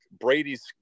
Brady's